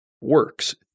works